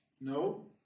No